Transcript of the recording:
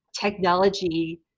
technology